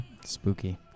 Spooky